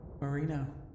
Marino